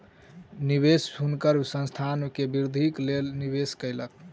निवेशक हुनकर संस्थान के वृद्धिक लेल निवेश कयलक